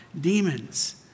demons